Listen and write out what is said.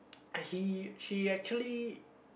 I he she actually